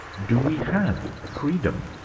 do we have freedom?